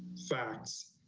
facts.